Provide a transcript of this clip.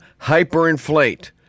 hyperinflate